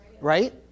right